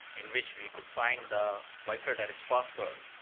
in which we could find the wi-fi direct password.